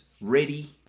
ready